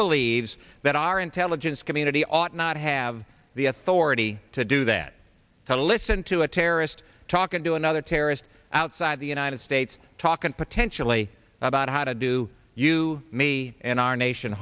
believes that our intelligence community ought not have the authority to do that to listen to a terrorist talking to another terrorist outside the united states talking potentially about how to do you me and our nation